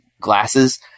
glasses